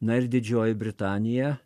na ir didžioji britanija